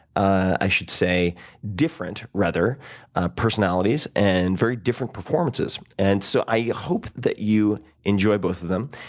i should say different rather personalities and very different performances. and so i hope that you enjoy both of them.